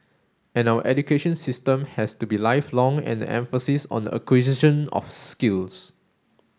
and our education system has to be lifelong and emphasis on the acquisition of skills